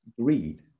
greed